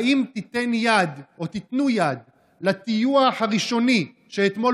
האם תיתן יד או תיתנו יד לטיוח הראשוני שאתמול